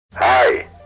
Hi